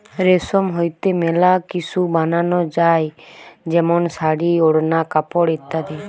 রেশম হইতে মেলা কিসু বানানো যায় যেমন শাড়ী, ওড়না, কাপড় ইত্যাদি